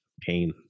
pain